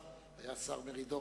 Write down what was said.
הרשות למלחמה בסמים